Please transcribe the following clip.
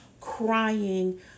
crying